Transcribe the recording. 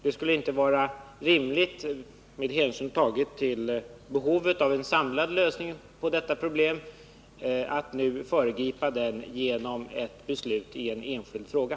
Det skulle inte vara rimligt, med hänsyn tagen till behovet av en samlad lösning på detta problem, att nu föregripa ställningstagandet genom ett beslut i en enskild fråga.